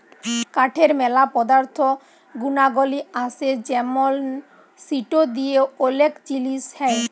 কাঠের ম্যালা পদার্থ গুনাগলি আসে যেমন সিটো দিয়ে ওলেক জিলিস হ্যয়